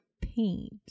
paint